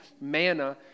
manna